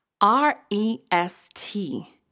R-E-S-T